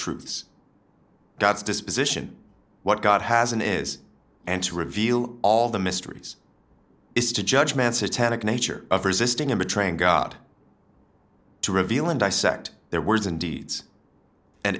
truths god's disposition what god has in is and to reveal all the mysteries is to judge man satanic nature of resisting him betraying god to reveal him dissect their words and deeds and